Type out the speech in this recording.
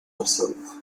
herself